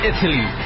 Italy